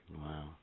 Wow